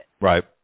Right